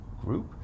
group